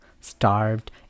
Starved